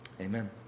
Amen